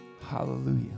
Hallelujah